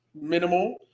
minimal